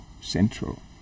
central